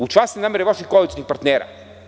U časne namere vaših koalicionih partnera.